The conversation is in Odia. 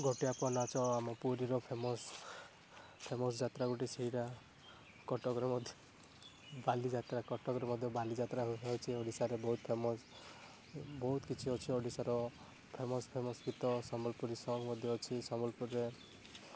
ଗୋଟି ପୁଅ ନାଚ ଆମ ପୁରୀର ଫେମସ୍ ଫେମସ୍ ଯାତ୍ରା ଗୋଟେ ସେଇଟା କଟକର ମଧ୍ୟ ବାଲିଯାତ୍ରା କଟକର ମଧ୍ୟ ବାଲିଯାତ୍ରା ହେଉଛି ଓଡ଼ିଶାର ବହୁତ ଫେମସ୍ ବହୁତ କିଛି ଅଛି ଓଡ଼ିଶାର ଫେମସ୍ ଫେମସ୍ ଗୀତ ସମ୍ବଲପୁରୀ ସଙ୍ଗ୍ ମଧ୍ୟ ଅଛି ସମ୍ବଲପୁରୀରେ